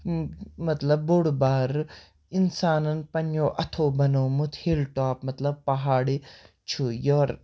مطلب بوٚڈ بارٕ اِنسانَن پنٕنٮ۪و اَتھو بَنوومُت ہِل ٹاپ مطلب پہاڑٕ چھُ یورٕ